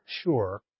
sure